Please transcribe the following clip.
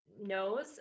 knows